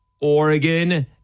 oregon